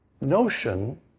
notion